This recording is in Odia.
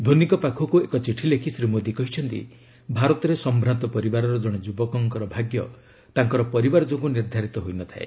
ଧୋନିଙ୍କ ପାଖକୁ ଏକ ଚିଠି ଲେଖି ଶ୍ରୀ ମୋଦୀ କହିଛନ୍ତି ଭାରତରେ ସମ୍ଭ୍ରାନ୍ତ ପରିବାରର ଜଣେ ଯୁବକଙ୍କର ଭାଗ୍ୟ ତାଙ୍କର ପରିବାର ଯୋଗୁଁ ନିର୍ଦ୍ଧାରିତ ହୋଇନଥାଏ